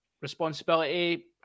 responsibility